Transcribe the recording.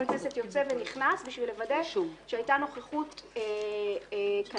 כנסת יוצא ונכנס בשביל לוודא שהייתה נוכחות כנדרש.